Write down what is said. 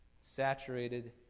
saturated